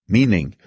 meaning